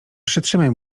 przytrzymaj